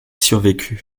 survécu